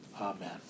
amen